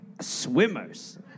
swimmers